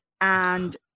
And-